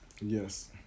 Yes